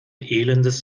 elendes